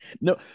No